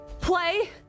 play